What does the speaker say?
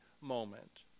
moment